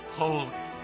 holy